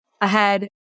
ahead